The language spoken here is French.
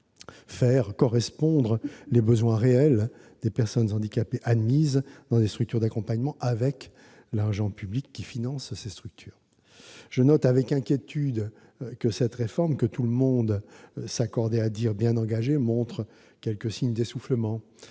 faire correspondre les besoins réels des personnes handicapées admises dans des structures d'accompagnement et l'allocation de l'argent public qui finance ces structures. Je note avec inquiétude que cette réforme, que tout le monde s'accordait à dire bien engagée, montre quelques signes d'essoufflement